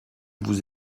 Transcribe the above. vous